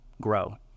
grow